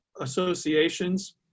associations